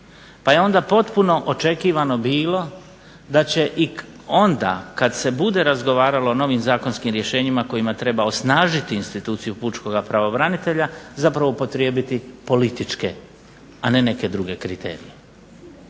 Pa je onda potpuno očekivano bilo da će i onda kad se bude razgovaralo o novim zakonskim rješenjima kojima treba osnažiti instituciju pučkog pravobranitelja zapravo upotrijebiti političke, a ne neke druge kriterije.